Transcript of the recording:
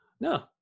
No